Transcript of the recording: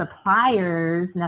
suppliers